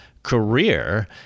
career